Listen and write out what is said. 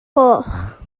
goch